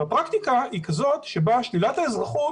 והפרקטיקה היא כזאת שבה שלילת האזרחות